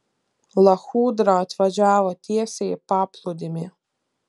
lachudra atvažiavo tiesiai į paplūdimį